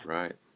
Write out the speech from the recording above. right